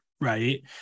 right